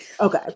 okay